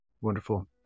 Wonderful